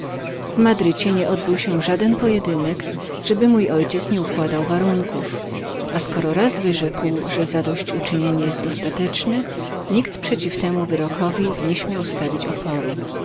w madrycie nieodbywał się żaden pojedynek żeby mój ojciec nie układał warunków a skoro raz wyrzekł że zadosyć uczynienie było dostatecznem nikt przeciw temu wyrokowi nie śmiał stawić oporu